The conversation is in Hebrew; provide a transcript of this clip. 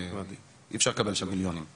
לגבי כוח האדם במשטרה שעוסק בזה.